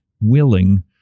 willing